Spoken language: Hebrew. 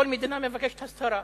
כל מדינה מבקשת הצהרה.